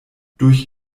durch